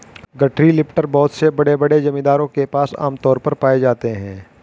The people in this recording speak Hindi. गठरी लिफ्टर बहुत से बड़े बड़े जमींदारों के पास आम तौर पर पाए जाते है